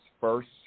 first